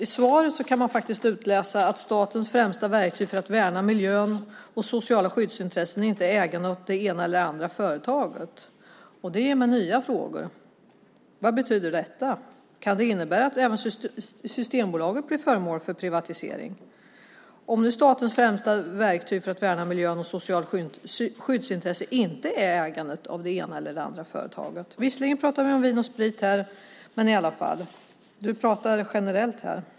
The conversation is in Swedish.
I svaret kan man faktiskt utläsa att statens främsta verktyg för att värna miljön och sociala skyddsintressen inte är ägande av det ena eller andra företaget. Det ger mig nya frågor. Vad betyder detta? Kan det innebära att även Systembolaget blir föremål för privatisering, om nu statens främsta verktyg för att värna miljön och sociala skyddsintressen inte är ägandet av det ena eller andra företagandet? Visserligen pratar vi om Vin & Sprit här, men i alla fall. Svaret är generellt.